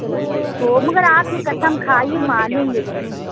او ہو مگر آپ نے قسم کھایی مانیں گے نہیں